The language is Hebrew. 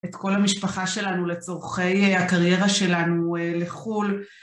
את כל המשפחה שלנו לצורכי הקריירה שלנו לחו"ל,